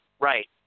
right